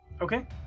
Okay